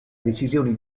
decisioni